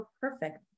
perfect